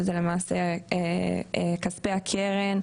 שזה למעשה כספי הקרן,